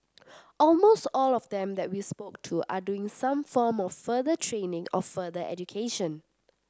almost all of them that we spoke to are doing some form of further training or further education